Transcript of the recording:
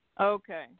Okay